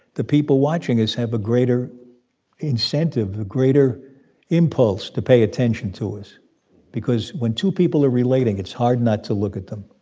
the people watching us have a greater incentive, a greater impulse to pay attention to us because when two people are relating, it's hard not to look at them